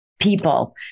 people